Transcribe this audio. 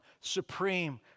supreme